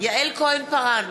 יעל כהן-פארן,